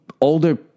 older